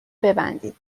ببندید